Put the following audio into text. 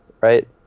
right